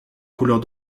couleurs